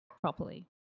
properly